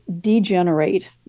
degenerate